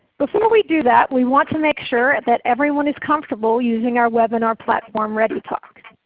before we do that we want to make sure that everyone is comfortable using our webinar platform readytalk.